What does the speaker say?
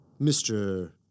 Mr